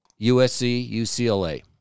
USC-UCLA